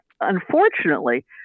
unfortunately